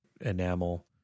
enamel